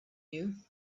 you